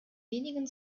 wenigen